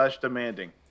demanding